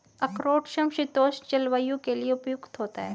अखरोट समशीतोष्ण जलवायु के लिए उपयुक्त होता है